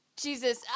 Jesus